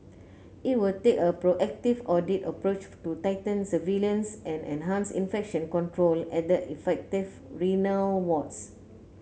it will take a proactive audit approach to tighten surveillance and enhance infection control at the affected renal wards